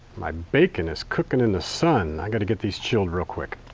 my bacon is cooking in the sun. i got to get these chill real quick.